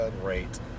Great